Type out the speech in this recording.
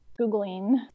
Googling